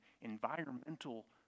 environmental